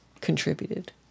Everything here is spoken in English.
contributed